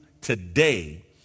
today